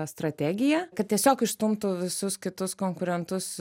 strategiją kad tiesiog išstumtų visus kitus konkurentus